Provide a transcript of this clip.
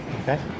okay